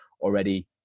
already